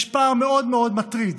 יש פער מאוד מאוד מטריד